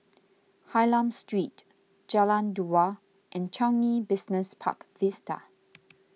Hylam Street Jalan Dua and Changi Business Park Vista